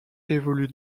évolue